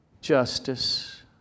justice